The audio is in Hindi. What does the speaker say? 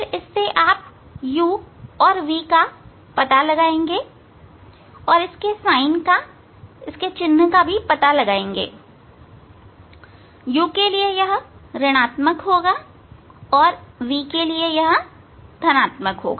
फिर आप u और v का पता लगाएंगे और इसके चिन्ह का पता लगाएंगे तो u के लिए यह ऋणआत्मक और v के लिए यह धनात्मक होगा